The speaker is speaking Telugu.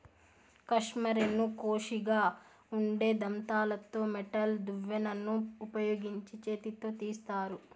కష్మెరెను కోషిగా ఉండే దంతాలతో మెటల్ దువ్వెనను ఉపయోగించి చేతితో తీస్తారు